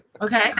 okay